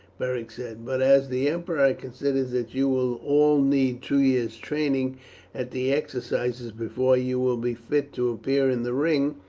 beric said but as the emperor considers that you will all need two years' training at the exercises before you will be fit to appear in the ring,